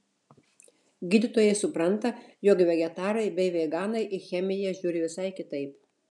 gydytojai supranta jog vegetarai bei veganai į chemiją žiūri visai kitaip